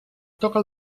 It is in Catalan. toca